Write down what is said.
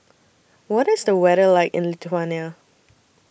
What IS The weather like in Lithuania